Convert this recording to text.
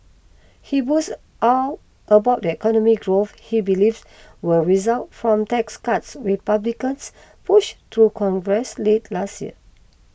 he boasted out about the economic growth he believes will result from tax cuts Republicans pushed through Congress late last year